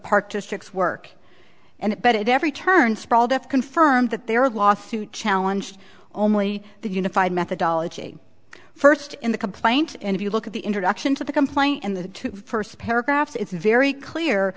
park district's work and bet it every turn sprawled have confirmed that their lawsuit challenge only the unified methodology first in the complaint and if you look at the introduction to the complaint in the first paragraphs it's very clear